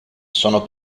sono